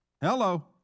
Hello